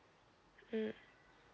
mm